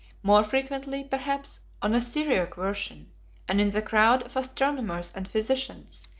more frequently perhaps on a syriac version and in the crowd of astronomers and physicians,